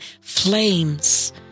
flames